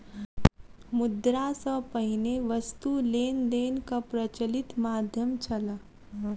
मुद्रा सॅ पहिने वस्तु लेन देनक प्रचलित माध्यम छल